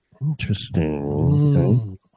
Interesting